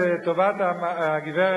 לטובת הגברת לבני,